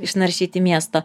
išnaršyti miestą